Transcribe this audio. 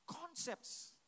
concepts